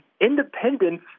independence